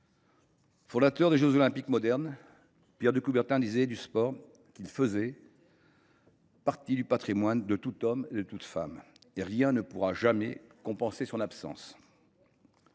Fondateur des jeux Olympiques modernes, Pierre de Coubertin disait du sport qu’il faisait « partie du patrimoine de tout homme et de toute femme », et que rien ne pourrait jamais « compenser son absence